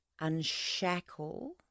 unshackle